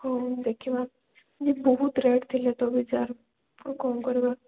ହଉ ଦେଖିବା ଯେ ବହୁତ ରେଟ୍ ଥିଲେ ତ ବିଜାର ଆଉ କ'ଣ କରିବା